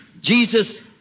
Jesus